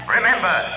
Remember